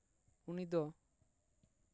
ᱩᱱᱤ ᱫᱚ